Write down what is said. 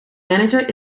manager